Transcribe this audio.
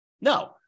No